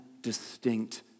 distinct